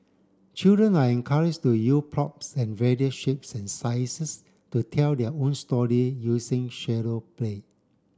children are encouraged to props of various shapes and sizes to tell their own story using shadow play